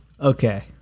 Okay